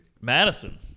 Madison